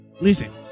Listen